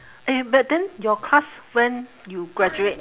eh but then your class when you graduate